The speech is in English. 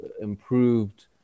improved